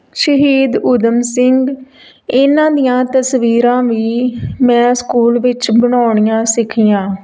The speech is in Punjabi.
ਸ਼ਹੀਦ ਊਧਮ ਸਿੰਘ ਇਹਨਾਂ ਦੀਆਂ ਤਸਵੀਰਾਂ ਵੀ ਮੈਂ ਸਕੂਲ ਵਿੱਚ ਬਣਾਉਣੀਆਂ ਸਿੱਖੀਆਂ